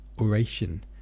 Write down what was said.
oration